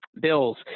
bills